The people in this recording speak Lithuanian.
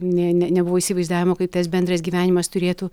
ne ne nebuvo įsivaizdavimo kaip tas bendras gyvenimas turėtų